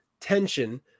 tension